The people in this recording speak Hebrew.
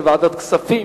לוועדת הכספים.